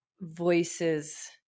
voices